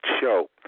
show